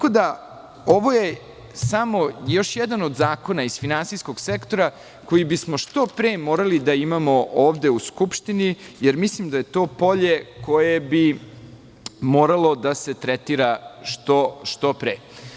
Ovo je samo još jedan od zakona iz finansijskog sektora koji bismo što pre morali da imamo ovde u Skupštini jer mislim da je to polje koje bi moralo da se tretira što pre.